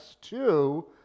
two